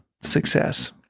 success